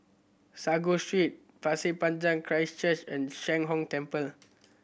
Sago Street Pasir Panjang Christ Church and Sheng Hong Temple